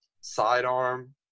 sidearm